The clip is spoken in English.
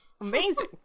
Amazing